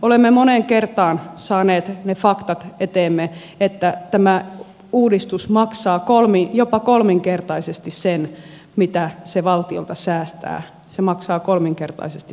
olemme moneen kertaan saaneet eteemme ne faktat että tämä uudistus maksaa jopa kolminkertaisesti sen mitä se valtiolta säästää se maksaa kolminkertaisesti sen kunnille